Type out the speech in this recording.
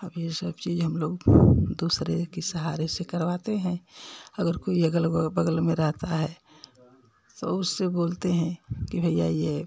अब ये सब चीज़ हम लोग दूसरे के सहारे से करवाते हैं अगर कोई अगल बगल में रहता है तो उससे बोलते हैं कि भैया ये